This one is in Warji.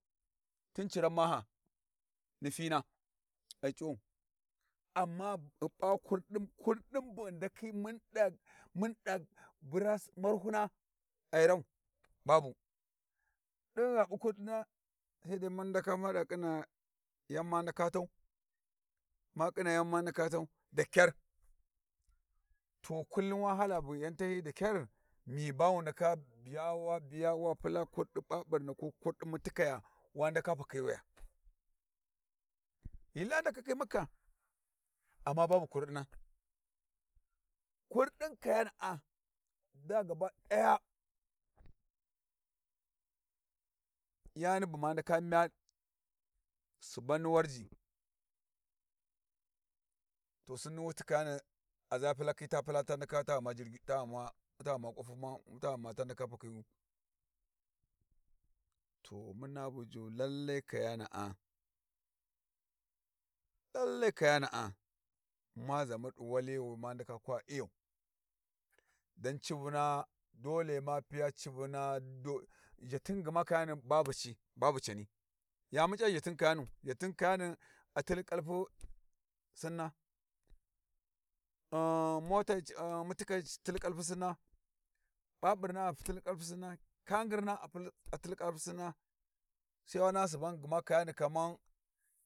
Khin ciran maha ni fina ai c'uwau, amma ghi p'a kurdin kurdin bu ghi ndaka mun ɗa mun ɗa bura marhuna ai rau, babu ɗi gha p'u kurdina sai dai mun ndaka mun ɗa khina yan ma ndaka tau, ya muna yan ma ndaka tau, daƙyar to kullum wa hala bu yantahyiyi dakyar meba wu ndaka gha wa biya wa pula kurdi ɓaɓurni ko mutikaya wa ndaka pakhiwiya, ghi laya ndakakhi macca, amma babu kurdin, kurdin kayana'a da gaba daya yani bu ma ndaka mya suban ni Warji to sinni wuti kayani a za pulakhi ta pula uninteligible ta ghuma kwaf ta ghuma ta ndaka pakhi wuyu. To muna buju lalle kayana lallaikayana'a a ma zamu di wali wi ma ndaka kwa iyau, don civina dole ma piya civina zhatin kayani "babu ci" babu cani, ya muc'a zhatin kaya nu zhatin kayani a til kalpu sinna, motai muci tikai ci til kalpu sinna, baburna a til kalpu sinna, kagirna a till kalpu sinna, sai wa naha suban kayani kamar.